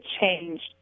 changed